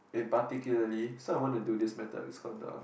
it particularly so I want to do this matter is called the